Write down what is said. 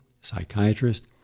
psychiatrist